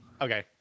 Okay